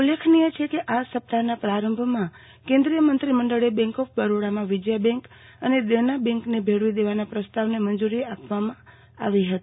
ઉલ્લેખનીય છે કે આ સપ્તાહના પ્રારંભમાં કેન્દ્રીય મંત્રીમંડળે બેંક ઓફ બરોડામાં વિજય બેંક અને દેના બેન્કને મેળવી દેવાના પ્રસ્તાવને મંજુરી આપવામાં આવી હતી